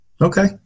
Okay